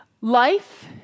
Life